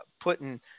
putting